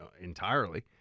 entirely